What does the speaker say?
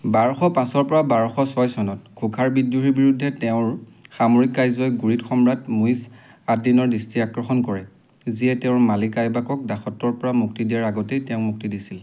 বাৰশ পাঁচৰপৰা বাৰশ ছয় চনত খোখাৰ বিদ্ৰোহীৰ বিৰুদ্ধে তেওঁৰ সামৰিক কাৰ্য্যই গুৰিদ সম্ৰাট মুইজ্জ আদ্দিনৰ দৃষ্টি আকৰ্ষণ কৰে যিয়ে তেওঁৰ মালিক আইবাকক দাসত্বৰপৰা মুক্তি দিয়াৰ আগতেই তেওঁক মুক্তি দিছিল